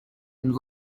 and